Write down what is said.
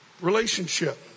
relationship